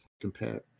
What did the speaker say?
compare